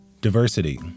Diversity